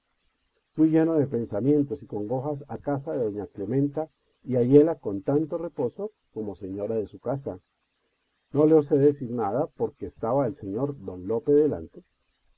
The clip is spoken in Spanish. fui lleno de pensamientos y congojas a casa de doña clementa y halléla con tanto reposo como señora de su casa no le osé decir nada porque estaba el señor don lope delante